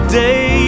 day